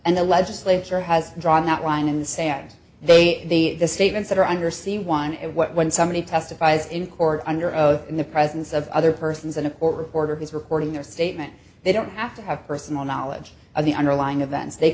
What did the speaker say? and the legislature has drawn that line in the sand they the statements that are under see one and when somebody testifies in court under oath in the presence of other persons and or reporter who's reporting their statement they don't have to have personal knowledge of the underlying events they